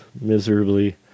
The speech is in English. miserably